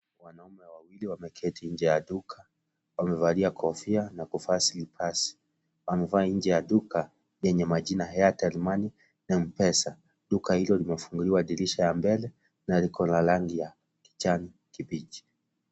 Wanaume wawili wameketi nje ya duka, wamevalia kofia na kuvaa slippers . Wamevaa nje ya duka lenye majina Airtel Money na M-Pesa. Duka hilo limefunguliwa dirisha ya mbele, na liko na kijani kibichi.